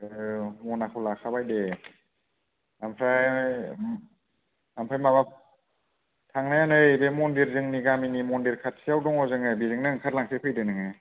औ मनाखौ लाखाबाय दे आमफ्राय माबा थांनाया नैबे मन्दिर जोंनि गामिनि मन्दिर खाथियाव दङ जों बेजोंनो ओंखारलांनोसै फैदो नोङो